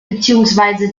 beziehungsweise